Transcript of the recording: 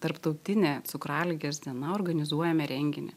tarptautinė cukraligės diena organizuojame renginį